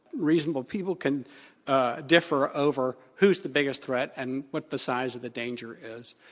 reasonable people can ah differ over who's the biggest threat and what the size of the danger is,